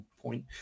point